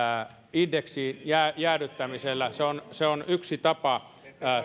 indeksijäädyttäminen on yksi tapa